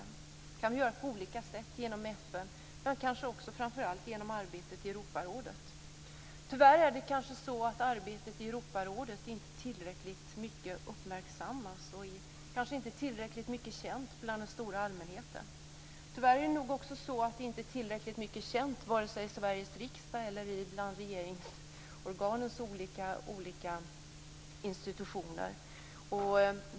Det kan vi göra på olika sätt, bl.a. i FN och framför allt i arbetet i Tyvärr är arbetet i Europarådet inte tillräckligt mycket uppmärksammat och kanske inte tillräckligt mycket känt bland allmänheten. Tyvärr är arbetet inte tillräckligt känt i vare sig Sveriges riksdag eller bland regeringsorganens olika institutioner.